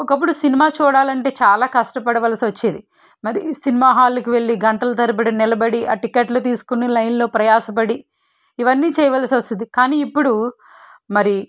ఒకప్పుడు సినిమా చూడాలంటే చాలా కష్టపడవలసి వచ్చేది మరి సినిమా హాల్కి వెళ్లి గంటల తరబడి నిలబడి ఆ టికెట్లు తీసుకునే లైన్లో ప్రయాసపడి ఇవన్నీ చేయవలసి వచ్చేది కానీ ఇప్పుడు మరి